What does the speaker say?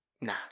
Nah